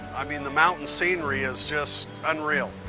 i mean, the mountain scenery is just unreal.